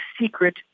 secret